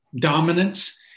dominance